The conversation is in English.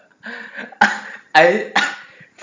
I